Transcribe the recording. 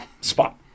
spot